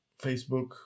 Facebook